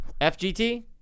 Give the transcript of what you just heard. FGT